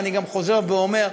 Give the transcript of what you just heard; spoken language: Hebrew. ואני חוזר ואומר,